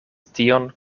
tion